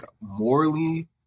morally